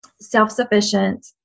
self-sufficient